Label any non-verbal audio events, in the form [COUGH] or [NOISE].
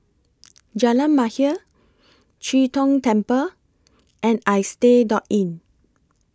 [NOISE] Jalan Mahir Chee Tong Temple and Istay Door Inn